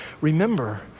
remember